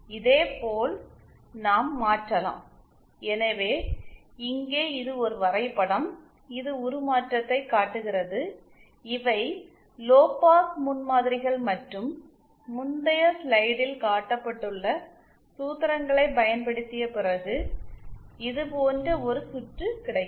இதேபோல் நாம் மாற்றலாம் எனவே இங்கே இது ஒரு வரைபடம் இது உருமாற்றத்தைக் காட்டுகிறது இவை லோபாஸ் முன்மாதிரிகள் மற்றும் முந்தைய ஸ்லைடில் காட்டப்பட்டுள்ள சூத்திரங்களைப் பயன்படுத்திய பிறகு இது போன்ற ஒரு சுற்று கிடைக்கும்